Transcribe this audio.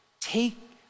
take